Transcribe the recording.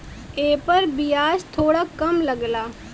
एपर बियाज थोड़ा कम लगला